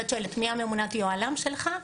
ואת שואלת: מי ממונת היוהל"ם שלך?